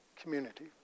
community